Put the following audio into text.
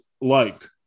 liked